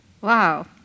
Wow